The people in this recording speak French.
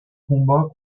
combat